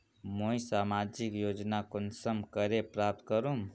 मुई सामाजिक योजना कुंसम करे प्राप्त करूम?